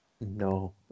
No